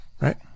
right